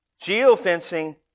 Geofencing